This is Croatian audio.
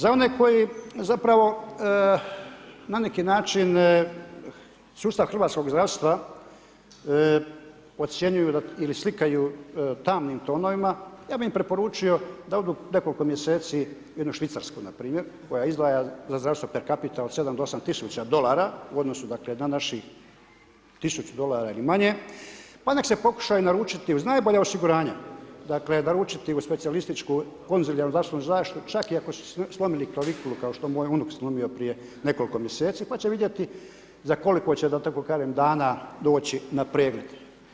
Za one koji zapravo na neki način sustav hrvatskog zdravstva ocjenjuju ili slikaju tamnim tonovima, ja bi im preporučio da odu nekoliko mjeseci u jednu Švicarsku npr., koja izdvaja za zdravstvo per capita od 7 do 8000 dolara u odnosu na naših 1000 dolara ili manje, pa nek' se pokušaju naručiti uz najbolja osiguranja u specijalističku konzilijarnu zdravstvenu zaštitu čak i ako su slomili ... kao što je moj unuk slomio prije nekoliko mjeseci pa će vidjeti za koliko će da tako kažem, dana doći na pregled.